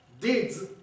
deeds